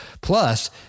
Plus